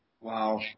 Wow